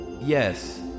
Yes